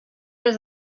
was